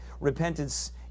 repentance